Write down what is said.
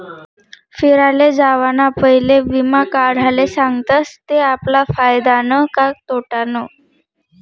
फिराले जावाना पयले वीमा काढाले सांगतस ते आपला फायदानं का तोटानं